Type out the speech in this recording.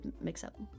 mix-up